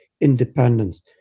independence